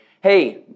hey